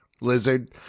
lizard